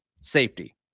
safety